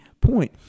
point